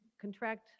contract